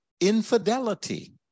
infidelity